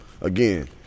Again